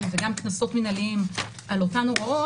וגם קנסות מנהליים על אותן הוראות,